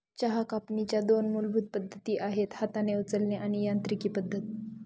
चहा कापणीच्या दोन मूलभूत पद्धती आहेत हाताने उचलणे आणि यांत्रिकी पद्धत